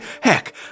heck